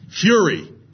Fury